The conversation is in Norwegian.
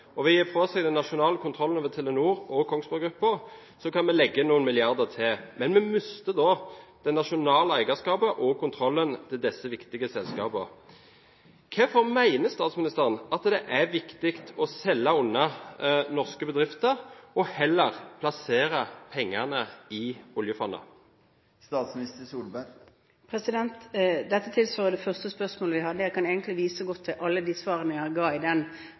og ved å gi fra oss den nasjonale kontrollen over Telenor og Kongsberg Gruppen kan vi legge inn noen milliarder til. Men vi mister da det nasjonale eierskapet og kontrollen over disse viktige selskapene. Hvorfor mener statsministeren at det er viktig å selge unna norske bedrifter og heller plassere pengene i oljefondet? Dette tilsvarer det første spørsmålet vi hadde. Jeg kan egentlig vise til alle de svarene jeg ga i den